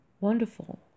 wonderful